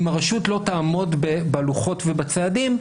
אם הרשות לא תעמיד בלוחות ובצעדים,